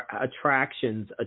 attractions